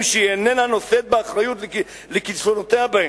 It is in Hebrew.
שהיא איננה נושאת באחריות לכישלונותיה בהם.